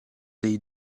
dei